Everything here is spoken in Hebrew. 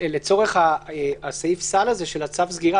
לצורך סעיף הסל הזה של צו הסגירה,